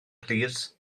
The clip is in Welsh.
plîs